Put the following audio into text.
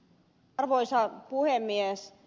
arvoisa puhemies